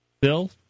Bill